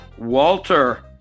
Walter